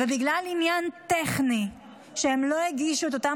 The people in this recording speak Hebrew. ובגלל עניין טכני שהם לא הגישו את אותם